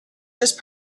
just